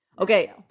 okay